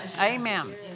Amen